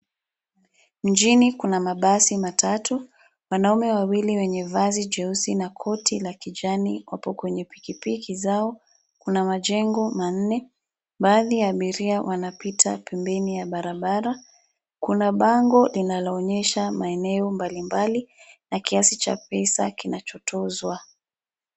Mjini kuna mabasi matatu. Wanaume wawili wenye vazi jeusi na koti la kijani wako kwenye pikipiki zao. Kuna majengo manne. Baadhi ya abiria wanapita pembeni ya barabara. Kuna bango linaloonyesha maeneo mbalimbali na kiasi cha pesa kinachotozwa.